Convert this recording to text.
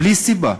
בלי סיבה,